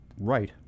right